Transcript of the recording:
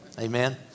Amen